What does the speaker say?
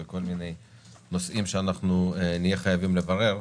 וכל מיני נושאים שנהיה חייבים לברר.